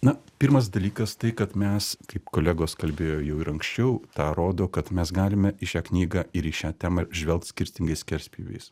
na pirmas dalykas tai kad mes kaip kolegos kalbėjo jau ir anksčiau tą rodo kad mes galime į šią knygą ir į šią temą žvelgt skirtingais skerspjūviais